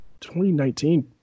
2019